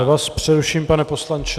Já vás přeruším, pane poslanče.